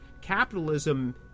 Capitalism